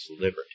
liberty